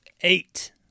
eight